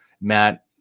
Matt